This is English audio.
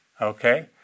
Okay